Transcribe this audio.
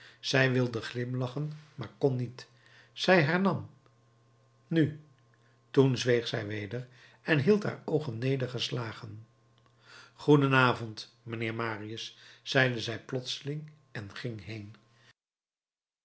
zij wilde glimlachen maar kon niet zij hernam nu toen zweeg zij weder en hield haar oogen nedergeslagen goeden avond mijnheer marius zeide zij plotseling en ging heen